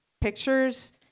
pictures